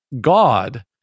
god